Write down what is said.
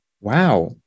Wow